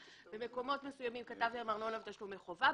במקומות מסוימים כתבתם "ארנונה ותשלומי חובה"